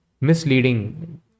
misleading